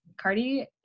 Cardi